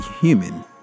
human